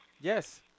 yes